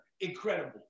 incredible